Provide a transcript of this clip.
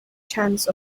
chance